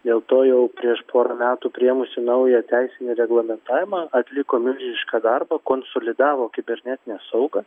dėl to jau prieš porą metų priėmusi naują teisinį reglamentavimą atliko milžinišką darbą konsolidavo kibernetinę saugą